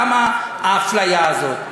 למה האפליה הזאת?